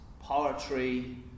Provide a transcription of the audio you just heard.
poetry